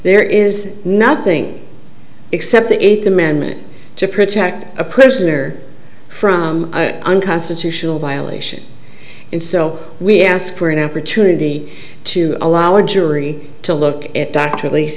there is nothing except the eighth amendment to protect a prisoner from unconstitutional violation and so we ask for an opportunity to allow a jury to look at dr le